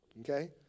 okay